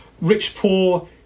rich-poor